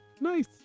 Nice